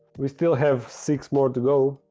we still have six more to go.